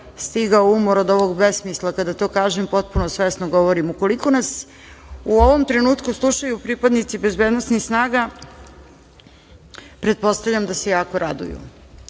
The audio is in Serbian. stigao umor od ovog besmisla. Kada to kažem, potpuno svesno govorim. Ukoliko nas u ovom trenutku slušaju pripadnici bezbednosnih snaga, pretpostavljam da se jako raduju.